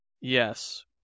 Yes